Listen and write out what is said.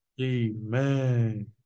Amen